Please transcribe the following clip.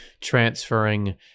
transferring